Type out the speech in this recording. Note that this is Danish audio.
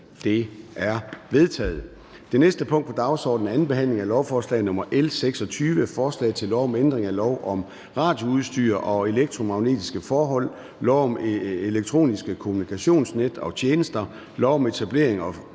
Theresa Scavenius (UFG)). 10) 2. behandling af lovforslag nr. L 26: Forslag til lov om ændring af lov om radioudstyr og elektromagnetiske forhold, lov om elektroniske kommunikationsnet og -tjenester, lov om etablering og